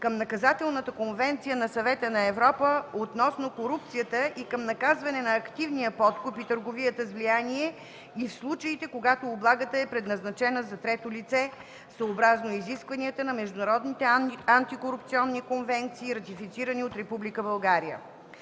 към Наказателната конвенция на Съвета на Европа относно корупцията и към наказване на активния подкуп и търговията с влияние и в случаите, когато облагата е предназначена за трето лице, съобразно изискванията на международните антикорупционни конвенции, ратифицирани от